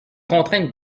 contraintes